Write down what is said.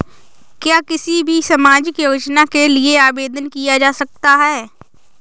क्या किसी भी सामाजिक योजना के लिए आवेदन किया जा सकता है?